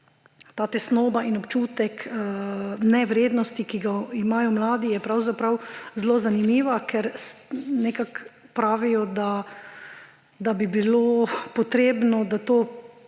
Ta tesnoba in občutek nevrednosti, ki ga imajo mladi, je pravzaprav zelo zanimiva, ker nekako pravijo, da bi bilo potrebno, da to